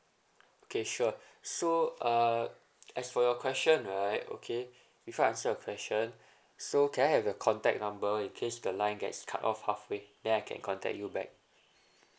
okay sure so uh as for your question right okay before answer your question so can I have the contact number in case the line gets cut off halfway then I can contact you back